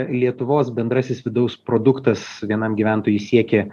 lietuvos bendrasis vidaus produktas vienam gyventojui siekė